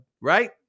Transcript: right